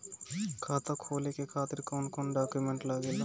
खाता खोले के खातिर कौन कौन डॉक्यूमेंट लागेला?